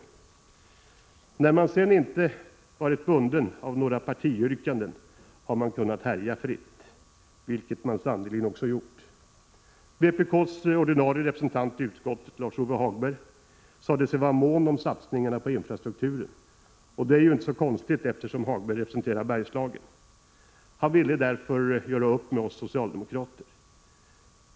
När man sedan inte varit bunden av några partiyrkanden har man kunnat härja fritt, vilket man sannerligen gjort. Vpk:s ordinarie representant i utskottet, Lars-Ove Hagberg, sade sig vara mån om satsningar på infrastrukturen, och det är ju inte så konstigt eftersom Hagberg representerar Bergslagen. Han ville därför göra upp med oss socialdemokrater.